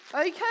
Okay